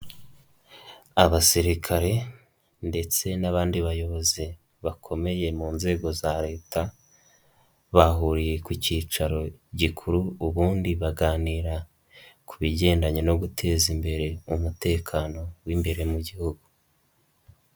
Abasirikare ndetse n'abandi bayobozi bakomeye mu nzego za Leta, bahuriye ku cyicaro gikuru ubundi baganira ku bigendanye no guteza imbere umutekano w'imbere mu gihugu.